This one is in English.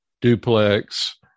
duplex